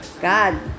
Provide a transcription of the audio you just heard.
God